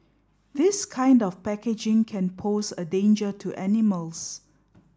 this kind of packaging can pose a danger to animals